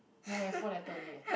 no eh four letter only eh